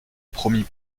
promit